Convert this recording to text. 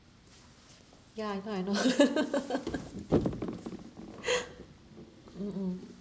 ya I know I know mm mm